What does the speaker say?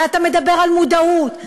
ואתה מדבר על מודעוּת,